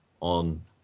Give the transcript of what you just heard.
on